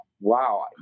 Wow